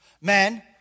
Men